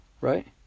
right